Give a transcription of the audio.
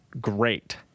great